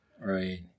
Right